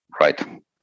right